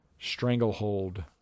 stranglehold